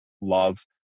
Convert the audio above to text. love